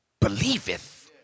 believeth